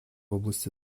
области